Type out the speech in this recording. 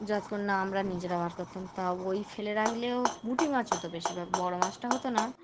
যা করেণ না আমরা নিজেরা বার করতাম তাও ওই ফেলে রাখলেও বুটি মাছ হতো বেশির ভাগ বড় মাছটা হতো না